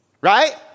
Right